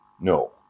No